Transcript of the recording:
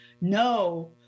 no